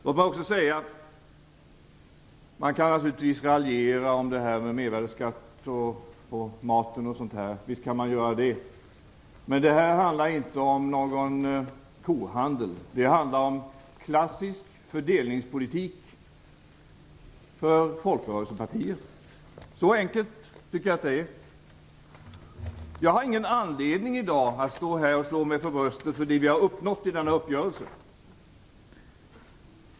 Låt mig också säga att man naturligtvis kan raljera om mervärdesskatt på maten, men det här handlar inte om någon kohandel. Det handlar om klassisk fördelningspolitik för folkrörelsepartier. Så enkelt tycker jag att det är. Jag har ingen anledning att i dag stå här och slå mig för bröstet för det vi har uppnått i denna uppgörelse.